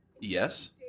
yes